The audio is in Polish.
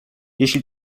jeśli